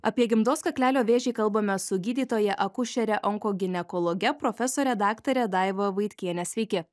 apie gimdos kaklelio vėžį kalbamės su gydytoja akušere onkoginekologe profesore daktare daiva vaitkiene sveiki